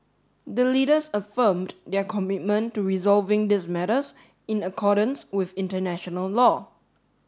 the Leaders affirmed their commitment to resolving these matters in accordance with international law